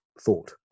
thought